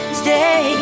stay